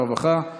צורפתם?